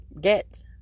get